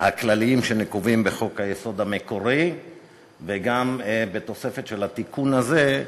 הכלליים שנקובים בחוק היסוד המקורי וגם בתוספת של התיקון הזה,